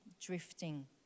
drifting